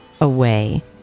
away